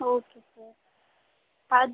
okay sir ಅದು